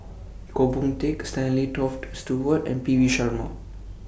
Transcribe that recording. Goh Boon Teck Stanley Toft Stewart and P V Sharma